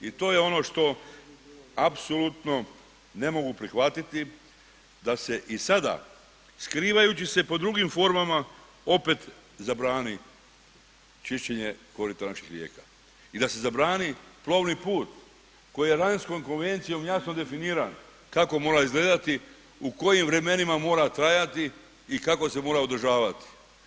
I to je ono što apsolutno ne mogu prihvatiti, da se i sada, skrivajući se pod drugim formama opet zabrani čišćenje korita naših rijeka i da se zabrani plovni put koji je lanjskom konvencijom jasno definiran kako mora izgledati, u kojim vremenima mora trajati i kako se mora održavati.